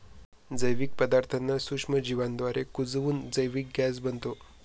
जैविक पदार्थांना सूक्ष्मजीवांद्वारे कुजवून जैविक गॅस बनतो